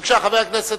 בבקשה, חבר הכנסת